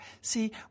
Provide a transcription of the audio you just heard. See